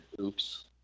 oops